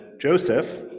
Joseph